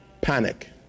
panic